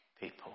people